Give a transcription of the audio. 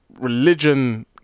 religion